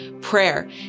prayer